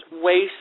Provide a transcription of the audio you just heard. waste